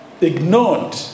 ignored